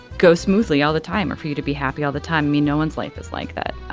go smoothly all the time or for you to be happy all the time. me no one's life is like that.